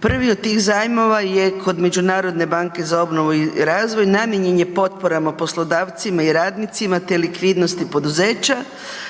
Prvi od tih zajmova je kod Međunarodne banke za obnovu i razvoj namijenjen je potporama poslodavcima i radnicima te likvidnosti poduzeća,